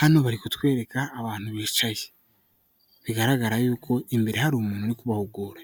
Hano bari kutwereka abantu bicaye bigaragara yuko imbere hari umuntu ubahugura,